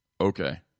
Okay